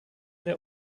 der